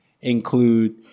include